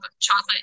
chocolate